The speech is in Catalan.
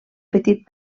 petit